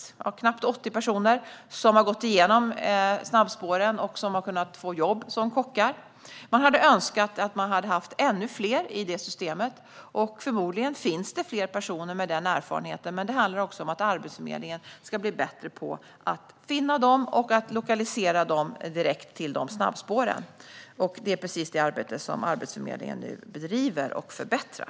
Knappt 80 personer har gått igenom detta snabbspår och har kunnat få jobb som kock. Det hade varit önskvärt med ännu fler i systemet. Förmodligen finns det fler personer med denna erfarenhet, men Arbetsförmedlingen måste bli bättre på att finna dem och lokalisera dem direkt till snabbspåren. Det är precis detta arbete som Arbetsförmedlingen nu bedriver och förbättrar.